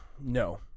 No